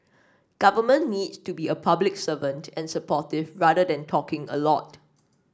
government needs to be a public servant and supportive rather than talking a lot